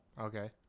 okay